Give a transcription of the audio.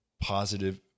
positive